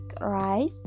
right